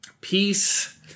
peace